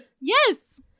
Yes